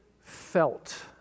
felt